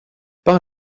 par